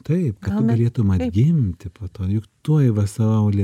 taip kad tu galėtum atgimti po to juk tuoj va saulė